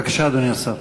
בבקשה, אדוני השר.